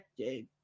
okay